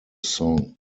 song